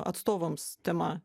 atstovams tema